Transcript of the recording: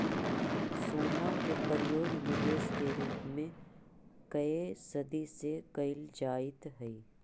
सोना के प्रयोग निवेश के रूप में कए सदी से कईल जाइत हई